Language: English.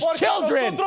children